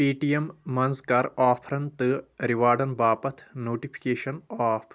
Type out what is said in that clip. پے T M منٛز کَر آفرَن تہٕ ریواڑَن باپتھ نوٹفکیشن آف